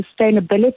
sustainability